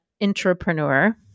intrapreneur